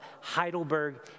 Heidelberg